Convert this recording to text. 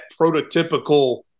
prototypical